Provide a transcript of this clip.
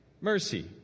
mercy